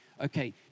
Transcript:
okay